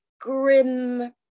grim